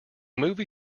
movie